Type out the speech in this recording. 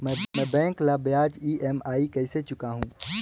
मैं बैंक ला ब्याज ई.एम.आई कइसे चुकाहू?